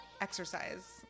exercise